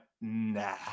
nah